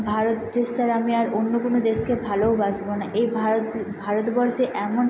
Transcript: ভারত দেশ ছাড়া আমি আর অন্য কোনো দেশকে ভালোওবাসবো না এই ভারত ভারতবর্ষে এমন